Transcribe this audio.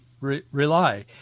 rely